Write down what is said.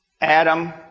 Adam